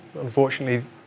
unfortunately